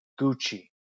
Gucci